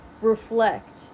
Reflect